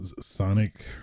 Sonic